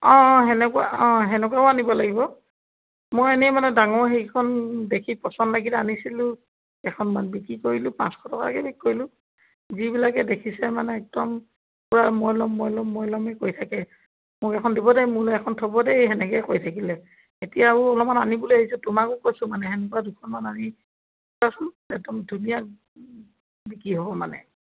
অঁ অঁ সেনেকুৱা অঁ সেনেকুৱাও আনিব লাগিব মই এনেই মানে ডাঙৰ সেইকেইখন দেখি পচন্দ লাগিলে আনিছিলোঁ কেইখনমান বিক্ৰী কৰিলোঁ পাঁচশ টকাকৈ বিক্ৰী কৰিলোঁ যিবিলাকে দেখিছে মানে একদম পূৰা মই ল'ম মই ল'ম মই ল'মেই কৈ থাকে মোক এখন দিব দেই মোলৈ এখন থ'ব দেই সেনেকৈ কৈ থাকিলে এতিয়াও অলপমান আনিবলৈ ভাবিছোঁ তোমাকো কৈছোঁ মানে সেনেকুৱা দুখনমান আনি চোৱাচোন একদম ধুনীয়া বিক্ৰী হ'ব মানে